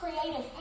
creative